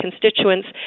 constituents